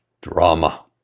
Drama